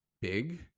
big